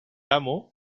amo